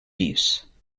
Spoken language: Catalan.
pis